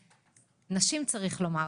כולן נשים, צריך לומר,